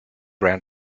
round